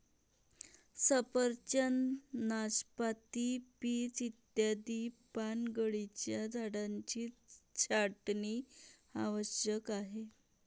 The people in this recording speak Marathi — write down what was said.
सफरचंद, नाशपाती, पीच इत्यादी पानगळीच्या झाडांची छाटणी आवश्यक आहे